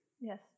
Yes